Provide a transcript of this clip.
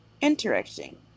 Interesting